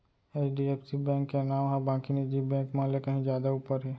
HDFC bank के नांव ह बाकी निजी बेंक मन ले कहीं जादा ऊपर हे